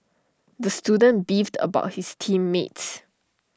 the student beefed about his team mates